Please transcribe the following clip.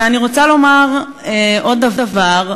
ואני רוצה לומר עוד דבר,